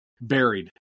Buried